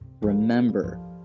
Remember